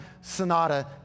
Sonata